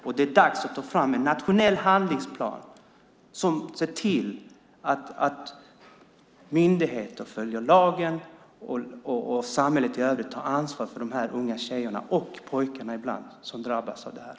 Och det är dags att ta fram en nationell handlingsplan som ser till att myndigheter följer lagen och att samhället i övrigt tar ansvar för de här unga tjejerna och, ibland, pojkarna som drabbas av det här.